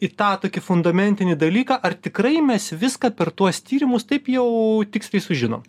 į tą tokį fundamentinį dalyką ar tikrai mes viską per tuos tyrimus taip jau tiksliai sužinom